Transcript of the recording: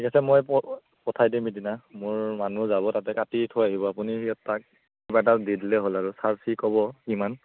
ঠিক আছে মই প পঠাই দিম সিদিনা মোৰ মানুহ যাব তাতে কাটি থৈ আহিব আপুনি তাক কিবা এটা দি দিলেই হ'ল আৰু চাৰ্জ সি ক'ব কিমান